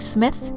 Smith